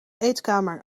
eetkamer